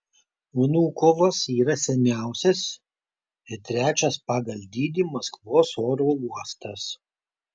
vnukovas yra seniausias ir trečias pagal dydį maskvos oro uostas